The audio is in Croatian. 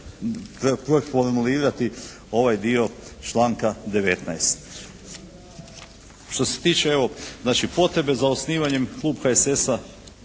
formulirati ovaj dio članka 19. Što se tiče evo znači potrebne za osnivanjem, klub HSS-a